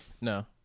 No